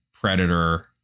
predator